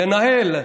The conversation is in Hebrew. לנהל.